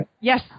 Yes